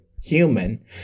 human